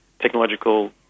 technological